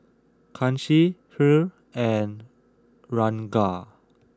Kanshi Hri and Ranga